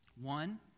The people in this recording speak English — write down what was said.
One